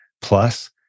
plus